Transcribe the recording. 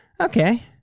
okay